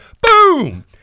Boom